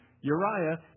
Uriah